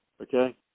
Okay